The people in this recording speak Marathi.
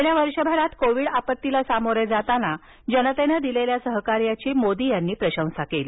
गेल्या वर्षभरात कोविड आपत्तीला सामोरे जाताना जनतेनं दिलेल्या सहकार्यांची मोदी यांनी प्रशंसा केली